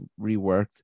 reworked